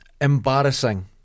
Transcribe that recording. Embarrassing